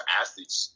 athletes